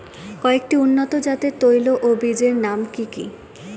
কয়েকটি উন্নত জাতের তৈল ও বীজের নাম কি কি?